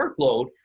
workload